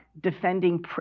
defending